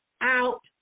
out